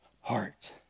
heart